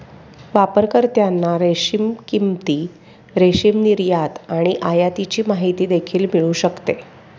वापरकर्त्यांना रेशीम किंमती, रेशीम निर्यात आणि आयातीची माहिती देखील मिळू शकते